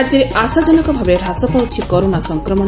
ରାଜ୍ୟରେ ଆଶାଜନକ ଭାବେ ହ୍ରାସ ପାଉଛି କରୋନା ସଂକ୍ରମଣ